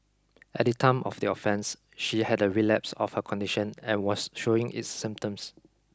at the time of the offence she had a relapse of her condition and was showing its symptoms